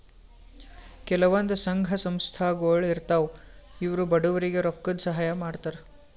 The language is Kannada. ಕೆಲವಂದ್ ಸಂಘ ಸಂಸ್ಥಾಗೊಳ್ ಇರ್ತವ್ ಇವ್ರು ಬಡವ್ರಿಗ್ ರೊಕ್ಕದ್ ಸಹಾಯ್ ಮಾಡ್ತರ್